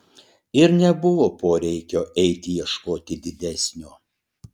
ir nebuvo poreikio eiti ieškoti didesnio